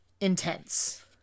intense